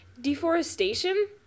deforestation